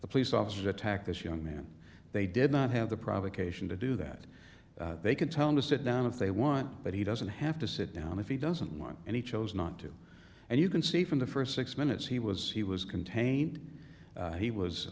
the police officers attacked this young man they did not have the provocation to do that they can tell him to sit down if they want but he doesn't have to sit down if he doesn't want and he chose not to and you can see from the st six minutes he was he was contained he was